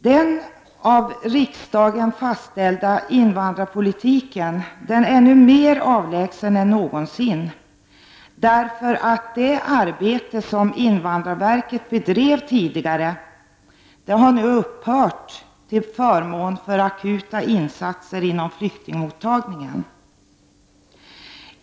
Den av riksdagen fastställda invandrarpolitiken är nu mer avlägsen än någonsin, därför att det arbete som invandrarverket tidigare bedrev har upphört till förmån för akuta insatser inom flyktingmottagningen.